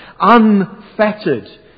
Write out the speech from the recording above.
unfettered